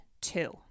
two